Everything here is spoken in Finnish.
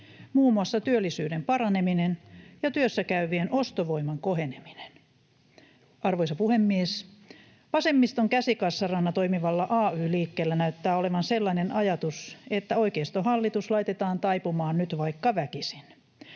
muun muassa työllisyyden paraneminen ja työssäkäyvien ostovoiman koheneminen. Arvoisa puhemies! Vasemmiston käsikassarana toimivalla ay-liikkeellä näyttää olevan sellainen ajatus, että oikeistohallitus laitetaan taipumaan nyt vaikka väkisin.